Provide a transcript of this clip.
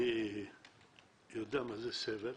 אני יודע מה זה סבל,